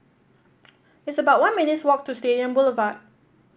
it's about one minutes' walk to Stadium Boulevard